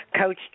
Coach